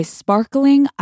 sparkling